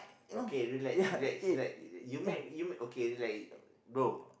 okay relax relax relax you make you okay relax bro